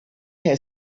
her